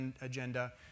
agenda